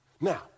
Now